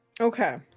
Okay